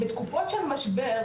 בתקופות של משבר,